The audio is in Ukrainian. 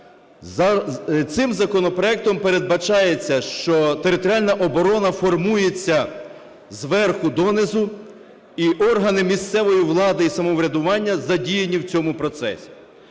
Цим законопроектом передбачається, що територіальна оборона формується зверху донизу, і органи місцевої влади і самоврядування задіяні в цьому процесі.